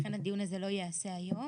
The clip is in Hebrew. לכן הדיון הזה לא ייעשה היום,